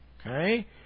Okay